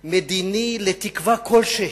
מדיני, לתקווה כלשהי,